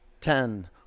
ten